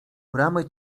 bramy